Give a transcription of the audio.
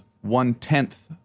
one-tenth